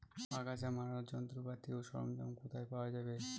আগাছা মারার যন্ত্রপাতি ও সরঞ্জাম কোথায় পাওয়া যাবে?